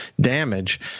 damage—